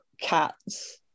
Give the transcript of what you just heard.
cats